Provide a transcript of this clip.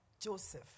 Joseph